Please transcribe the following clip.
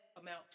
amount